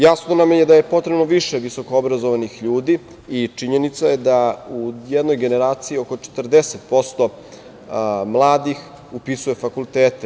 Jasno nam je da je potrebno više visokoobrazovanih ljudi i činjenica je da u jednoj generaciji oko 40% mladih upisuje fakultete.